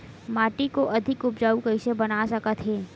माटी को अधिक उपजाऊ कइसे बना सकत हे?